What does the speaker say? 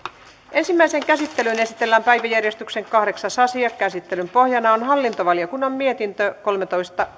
ensimmäiseen käsittelyyn esitellään päiväjärjestyksen kahdeksas asia käsittelyn pohjana on hallintovaliokunnan mietintö kolmetoista